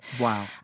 Wow